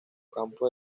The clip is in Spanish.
campo